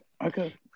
Okay